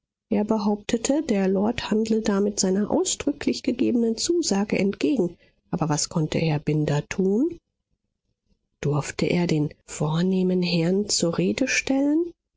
er behauptete der lord handle damit seiner ausdrücklich gegebenen zusage entgegen aber was konnte herr binder tun durfte er den vornehmen herrn zur rede stellen